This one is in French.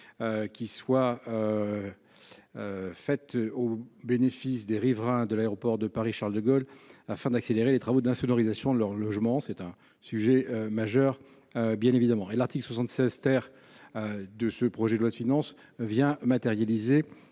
qui soit faite au bénéfice des riverains de l'aéroport de Paris Charles-de-Gaulle afin d'accélérer les travaux d'insonorisation de leur logement, c'est un sujet majeur bien évidemment et l'article 76, terre de ce projet de loi de finances vient matérialiser